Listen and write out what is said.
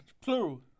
plural